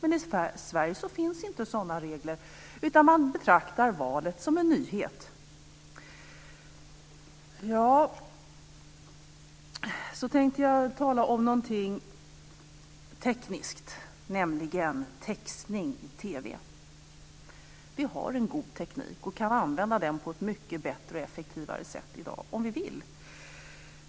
I Sverige finns inte sådana regler, utan man betraktar valet som en nyhet. Nu tänkte jag tala om någonting tekniskt, nämligen textning i TV. Vi har en god teknik och kan använda den på ett mycket bättre och effektivare sätt än i dag om vi vill.